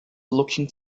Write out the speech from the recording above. looking